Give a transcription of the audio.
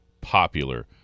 popular